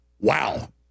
Wow